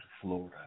Florida